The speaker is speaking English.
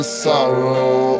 sorrow